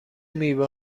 میوه